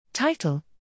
Title